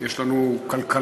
יש לנו כלכלה,